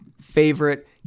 favorite